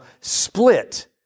split